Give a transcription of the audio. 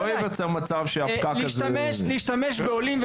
להשתמש בעולים,